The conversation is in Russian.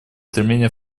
стремление